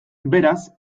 beraz